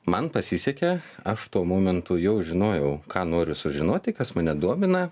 man pasisekė aš tuo momentu jau žinojau ką noriu sužinoti kas mane domina